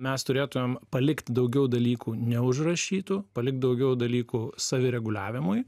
mes turėtumėm palikt daugiau dalykų neužrašytų palikt daugiau dalykų savireguliavimui